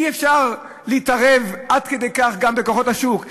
אי-אפשר להתערב עד כדי כך גם בכוחות השוק.